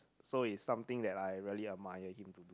so is something that I really admire him